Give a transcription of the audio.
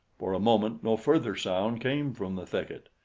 for a moment no further sound came from the thicket.